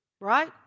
Right